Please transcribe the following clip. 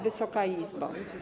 Wysoka Izbo!